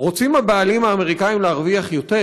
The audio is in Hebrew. רוצים הבעלים האמריקנים להרוויח יותר?